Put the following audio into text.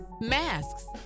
Masks